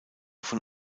von